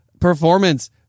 performance